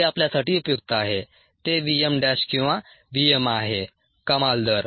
ते आपल्यासाठी उपयुक्त आहे ते v m डॅश किंवा v m आहे कमाल दर